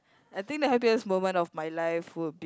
I think the happiest moment of my life would be